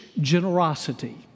generosity